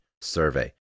survey